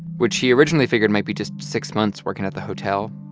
which he originally figured might be just six months working at the hotel,